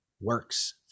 works